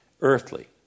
earthly